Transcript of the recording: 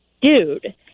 dude